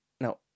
now